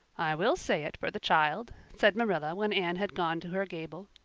i will say it for the child, said marilla when anne had gone to her gable,